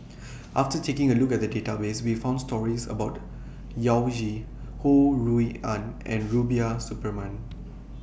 after taking A Look At The Database We found stories about Yao Zi Ho Rui An and Rubiah Suparman